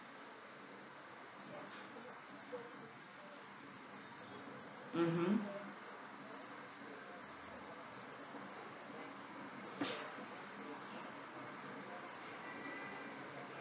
mmhmm